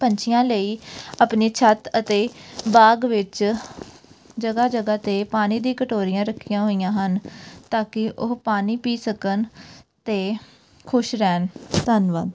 ਪੰਛੀਆਂ ਲਈ ਆਪਣੇ ਛੱਤ ਅਤੇ ਬਾਗ ਵਿੱਚ ਜਗ੍ਹਾ ਜਗ੍ਹਾ 'ਤੇ ਪਾਣੀ ਦੀ ਕਟੋਰੀਆਂ ਰੱਖੀਆਂ ਹੋਈਆਂ ਹਨ ਤਾਂ ਕਿ ਉਹ ਪਾਣੀ ਪੀ ਸਕਣ ਅਤੇ ਖੁਸ਼ ਰਹਿਣ ਧੰਨਵਾਦ